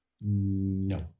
No